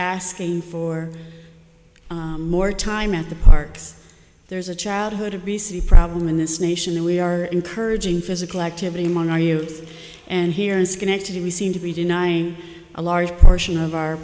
asking for more time at the parks there's a childhood obesity problem in this nation and we are encouraging physical activity monitor youth and here in schenectady we seem to be denying a large portion of our